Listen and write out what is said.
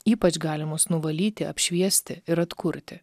ypač galimus nuvalyti apšviesti ir atkurti